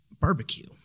barbecue